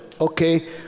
Okay